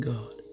God